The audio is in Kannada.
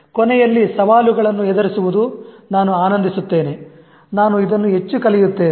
ಕೊನೆಯಲ್ಲಿ ಸವಾಲುಗಳನ್ನು ಎದುರಿಸುವುದು ನಾನು ಆನಂದಿಸುತ್ತೇನೆ ನಾನು ಇದನ್ನು ಹೆಚ್ಚು ಕಲಿಯುತ್ತೇನೆ